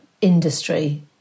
industry